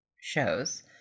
shows